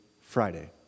Friday